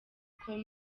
call